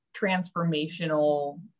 transformational